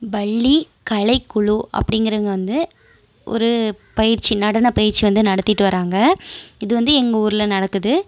பள்ளி கலைக்குழு அப்படிங்குறவங்க வந்து ஒரு பயிற்சி நடனப் பயிற்சி வந்து நடத்திட்டு வராங்கள் இது வந்து எங்கள் ஊரில் நடக்குது